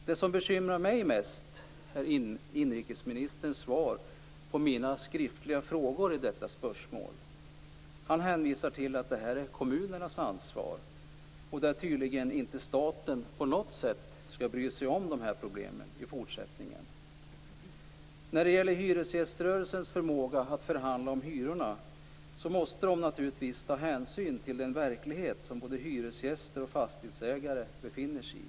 Det som bekymrar mig mest är inrikesministerns svar på mina skriftliga frågor i detta spörsmål. Han hänvisar till att det är kommunernas ansvar. Staten skall tydligen inte på något sätt bry sig om dessa problem i fortsättningen. När det gäller hyresgäströrelsens förmåga att förhandla om hyrorna vill jag säga att man naturligtvis måste ta hänsyn till den verklighet som både hyresgäster och fastighetsägare befinner sig i.